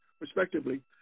respectively